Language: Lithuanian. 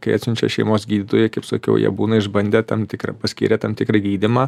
kai atsiunčia šeimos gydytojai kaip sakiau jie būna išbandę tam tikrą paskyrę tam tikrą gydymą